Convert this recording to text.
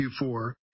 Q4